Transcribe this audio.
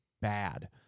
bad